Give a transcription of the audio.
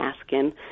asking